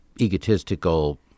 egotistical